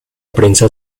prensa